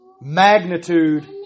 magnitude